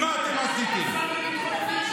אתם עשיתם על זה קמפיין.